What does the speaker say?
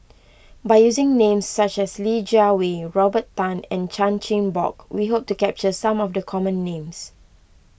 by using names such as Li Jiawei Robert Tan and Chan Chin Bock we hope to capture some of the common names